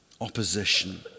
opposition